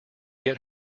get